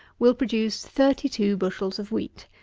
will produce thirty two bushels of wheat.